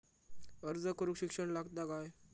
अर्ज करूक शिक्षण लागता काय?